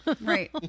right